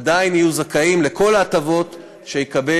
עדיין הם יהיו זכאים לכל ההטבות שיקבל,